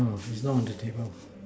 no it's not on the table